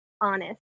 honest